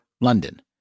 London